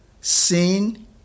sin